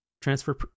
transfer